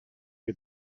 you